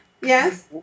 yes